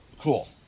Cool